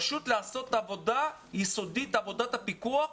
פשוט לעשות עבודה יסודית, עבודת פיקוח,